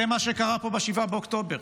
זה מה שקרה כאן ב-7 באוקטובר,